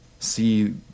see